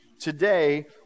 today